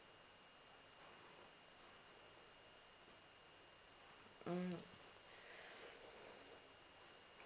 mm